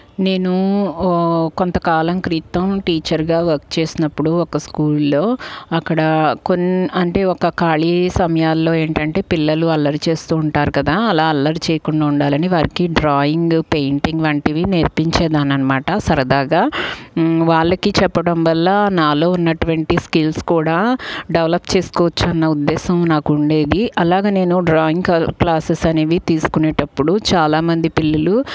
నేను కొంతకాలం క్రితం టీచర్గా వర్క్ చేసినప్పుడు ఒక స్కూల్లో అక్కడ కొన్ని అంటే ఒక ఖాళీ సమయాలలో ఏంటంటే పిల్లలు అల్లరి చేస్తు ఉంటారు కదా అలా అల్లరి చేయకుండా ఉండాలని వారికి డ్రాయింగ్ పెయింటింగ్ వంటివి నేర్పించేదాన్ని అన్నమాట సరదాగా వాళ్ళకి చెప్పడం వల్ల నాలో ఉన్నటువంటి స్కిల్స్ కూడా డెవలప్ చేసుకోవచ్చు అన్న ఉద్దేశం నాకు ఉండేది అలాగా నేను డ్రాయింగ్ క్లాసెస్ అనేవి తీసుకునేటప్పుడు చాలామంది పిల్లలు